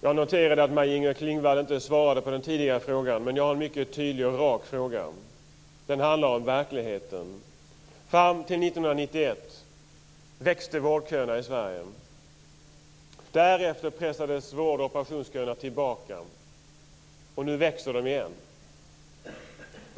Jag noterade att Maj-Inger Klingvall inte svarade på den tidigare frågan, men jag har en mycket tydlig och rak fråga. Den handlar om verkligheten. Fram till 1991 växte vårdköerna i Sverige. Därefter pressades vård och operationsköerna tillbaka. Nu växer de igen.